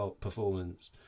performance